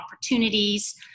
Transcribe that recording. opportunities